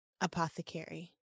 apothecary